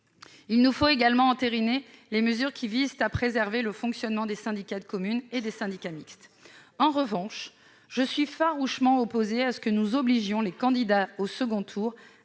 Il nous faut également entériner les mesures visant à préserver le fonctionnement des syndicats de communes et des syndicats mixtes. En revanche, je suis farouchement opposée à ce que nous obligions les candidats au second tour